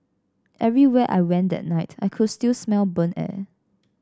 everywhere I went that night I could still smell burnt air